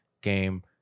game